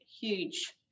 huge